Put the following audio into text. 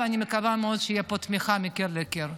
ואני מקווה מאוד שתהיה פה תמיכה מקיר לקיר.